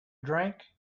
drink